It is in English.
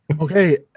Okay